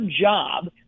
job